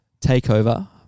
takeover